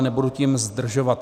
Nebudu tím zdržovat.